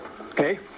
Okay